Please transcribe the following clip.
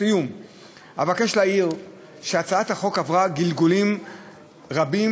בסיום אבקש להעיר שהצעת החוק עברה גלגולים רבים,